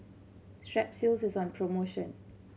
Strepsils is on promotion